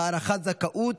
(הארכת זכאות),